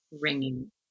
ringing